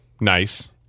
Nice